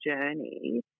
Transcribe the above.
journey